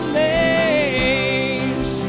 names